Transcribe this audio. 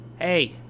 Hey